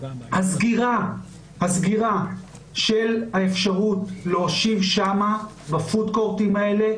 הסגירה של האפשרות להושיב שם ב-פוד קורט הזה,